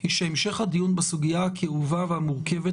היא שהמשך הדיון בסוגיה הכאובה והמורכבת